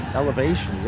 elevation